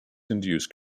induced